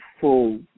full